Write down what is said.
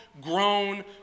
grown